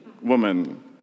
woman